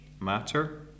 matter